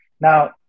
Now